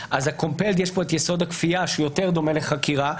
ב-קומפלד יש את יסוד הכפייה שהוא יותר דומה לחקירה,